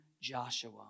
Joshua